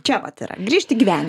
čia vat yra grįžt į gyven